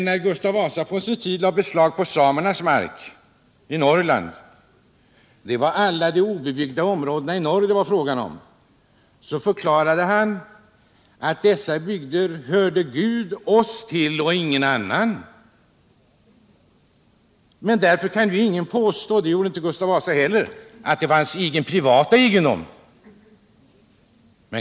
När Gustav Vasa på sin tid lade beslag på samernas mark i Norrland — det var fråga om alla de obebyggda områdena i norr — förklarade han att dessa bygder hörde Gud och oss till och ingen annan. Men därför kan ju ingen påstå — det gjorde inte heller Gustav Vasa — att det var hans egen privata egendom.